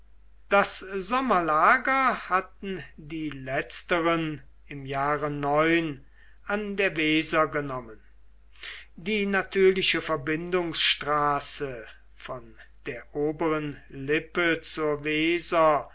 das sommerlager hatten die letzteren im jahre an der weser genommen die natürliche verbindungsstraße von der oberen lippe zur